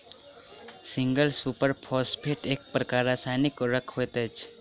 single super phosphate एक प्रकारक रासायनिक उर्वरक होइत छै